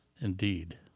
indeed